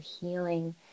healing